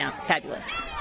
fabulous